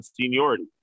seniority